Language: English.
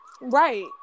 Right